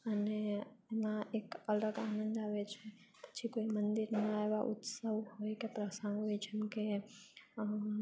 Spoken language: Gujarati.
અને એમાં એક અલગ આનંદ આવે છે પછી કોઈ મંદિરમાં એવા ઉત્સવ હોય કે પ્રસંગની જેમ કે